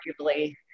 arguably